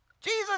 Jesus